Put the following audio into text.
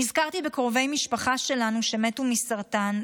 נזכרתי בקרובי משפחה שלנו שמתו מסרטן,